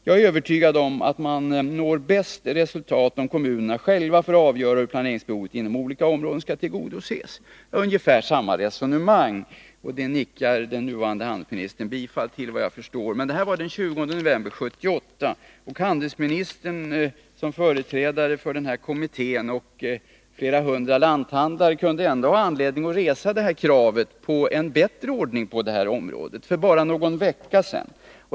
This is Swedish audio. Jag är övertygad om att man når bäst resultat om kommunerna själva får avgöra hur planeringsbehovet inom olika områden skall tillgodoses.” Ungefär samma resonemang som handelsministern just nu, såvitt jag förstår, nickar bifall till. Det här var den 20 november 1978. Handelsministern, som företrädare för kommittén och flera hundra lanthandlare, kunde ändå finna anledning att resa krav på en bättre ordning på området för bara någon vecka sedan.